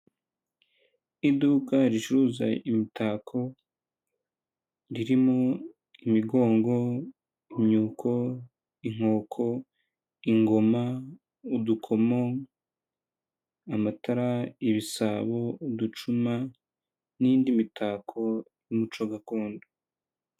Iduka ricuruza imitako ririmo imigongo, imyuko, inkoko, ingoma, udukomo, amatara, ibisabo, uducuma n'indi mitako y'umuco gakondo.